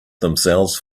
themselves